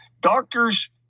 doctors